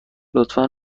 لطفا